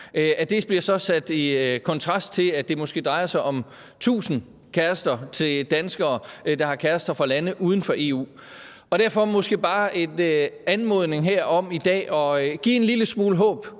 så bliver sat i kontrast til, at det måske drejer sig om tusind kærester til danskere, der har kærester fra lande uden for EU. Derfor er det måske bare en anmodning om her i dag at give en lille smule håb